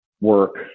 work